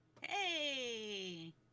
Hey